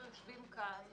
יושבים כאן